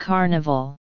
Carnival